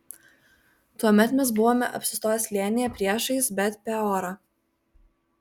tuomet mes buvome apsistoję slėnyje priešais bet peorą